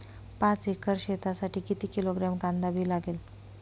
पाच एकर शेतासाठी किती किलोग्रॅम कांदा बी लागेल?